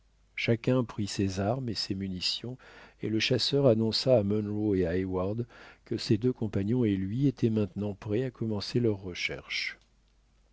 chacun prit ses armes et ses munitions et le chasseur annonça à munro et à heyward que ses deux compagnons et lui étaient maintenant prêts à commencer leurs recherches